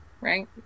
right